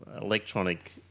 electronic